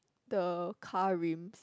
the car rim